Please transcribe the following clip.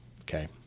Okay